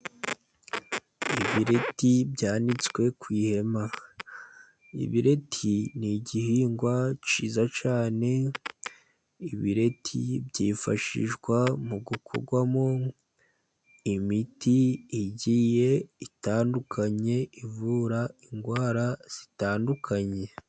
Ibireti byanitswe ku ihema. Ibireti ni igihingwa cyiza cyane, ibireti byifashishwa mu gukorwamo imiti igiye itandukanye, ivura indwara zitandukanye.